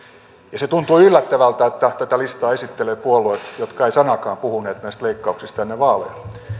se tuntuu yllättävältä että tätä listaa esittelevät puolueet jotka eivät sanaakaan puhuneet näistä leikkauksista ennen vaaleja